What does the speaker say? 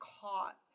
caught